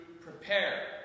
prepare